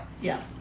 Yes